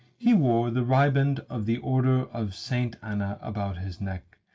he wore the riband of the order of saint anna about his neck,